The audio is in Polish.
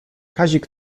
kazik